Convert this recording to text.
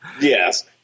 Yes